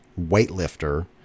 weightlifter